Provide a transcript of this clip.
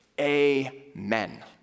Amen